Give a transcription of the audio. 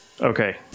Okay